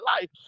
life